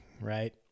right